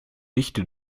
dichte